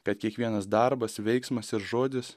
kad kiekvienas darbas veiksmas ir žodis